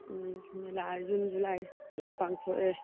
ꯎꯝ ꯃꯦꯂꯥ June July ꯑꯣꯏꯅ ꯄꯥꯡꯊꯣꯛꯑꯦ